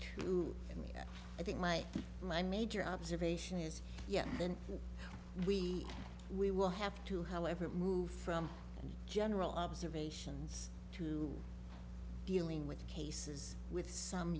i mean i think my my major observation is yes then we we will have to however move from general observations to dealing with cases with some